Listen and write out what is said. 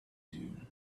dune